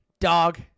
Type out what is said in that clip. dog